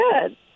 good